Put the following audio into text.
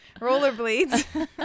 rollerblades